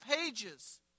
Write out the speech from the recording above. pages